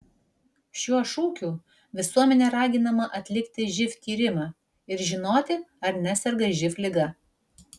šiuo šūkiu visuomenė raginama atlikti živ tyrimą ir žinoti ar neserga živ liga